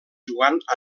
jugant